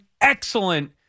excellent